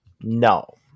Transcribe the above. No